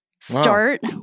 start